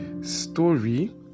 story